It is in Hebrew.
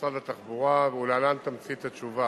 במשרד התחבורה ולהלן תמצית התשובה: